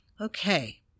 Okay